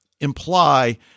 Imply